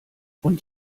und